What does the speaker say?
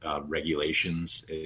regulations